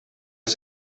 els